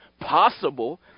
possible